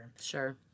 Sure